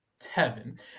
Tevin